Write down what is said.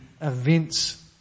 events